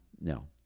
No